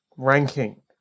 Ranking